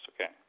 okay